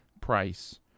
Price